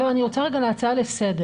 לא, אני רוצה רגע הצעה לסדר.